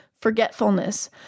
forgetfulness